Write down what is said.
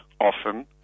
often